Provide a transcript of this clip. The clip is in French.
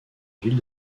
ville